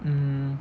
hmm